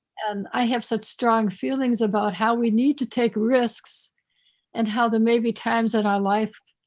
and i have such strong feelings about how we need to take risks and how there may be times that our life,